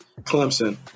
Clemson